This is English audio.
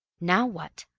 now what?